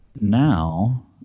now